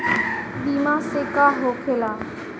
बीमा से का होखेला?